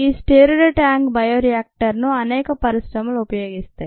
ఈ stirred tank bioreactor ను అనేక పరిశ్రమలు ఉపయోగిస్తాయి